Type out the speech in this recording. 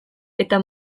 eta